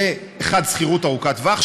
יהיה 1. שכירות ארוכת טווח,